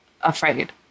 afraid